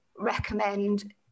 recommend